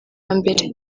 mbere